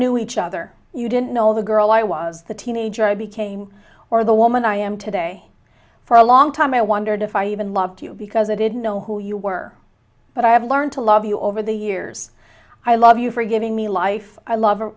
knew each other you didn't know the girl i was the teenager i became or the woman i am today for a long time i wondered if i even loved you because i didn't know who you were but i have learned to love you over the years i love you for giving me life i love